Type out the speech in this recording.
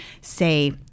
say